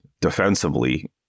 defensively